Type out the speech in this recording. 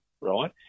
right